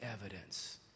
evidence